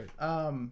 right